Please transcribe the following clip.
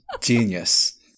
Genius